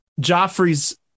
Joffrey's